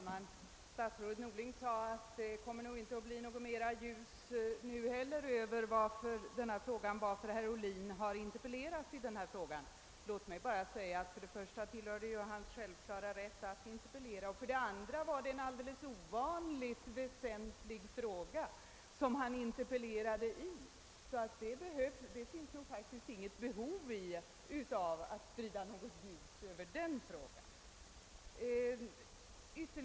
Herr talman! Statsrådet Norling sade att det nog inte heller nu kommer att kunna klargöras varför herr Ohlin har interpellerat i denna fråga. Men för det första är det ju hans självklara rätt att interpellera och för det andra gällde det här en ovanligt väsentlig fråga. Det finns därför ingen anledning att uppe hålla sig vid frågan om anledningen till interpellationen.